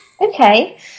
Okay